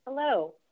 Hello